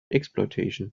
exploitation